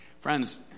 Friends